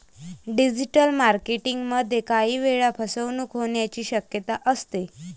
digital marketing मध्ये काही वेळा फसवणूक होण्याची शक्यता असते